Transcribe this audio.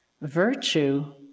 virtue